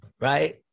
Right